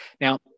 Now